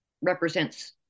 represents